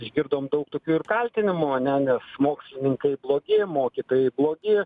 išgirdom daug tokių ir kaltinimų ane ne mokslininkai blogi mokytojai blogi